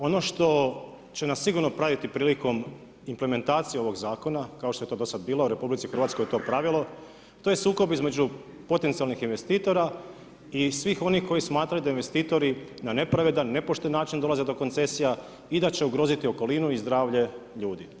Ono što će nas sigurno praviti prilikom implementacije ovog zakona, kao što je to dosad bilo, u RH je to pravilo, to je sukob između potencijalnih investitora i svih onih koji smatraju da investitori na nepravedan, nepošten način dolaze do koncesija i da će ugroziti okolinu i zdravlje ljudi.